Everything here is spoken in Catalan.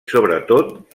sobretot